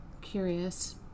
curious